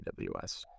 AWS